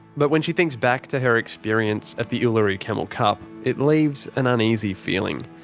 but when she thinks back to her experience at the uluru camel cup. it leaves an uneasy feeling.